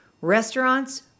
restaurants